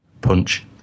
punch